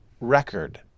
record